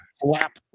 flap